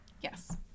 Yes